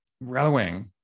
rowing